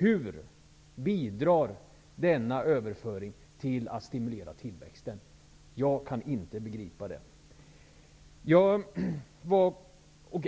Hur bidrar denna överföring till att stimulera tillväxten? Jag kan inte begripa det. Jag